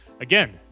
again